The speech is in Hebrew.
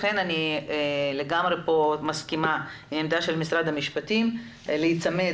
לכן אני לגמרי מסכימה ם עמדת משרד המשפטים להיצמד